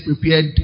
prepared